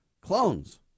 clones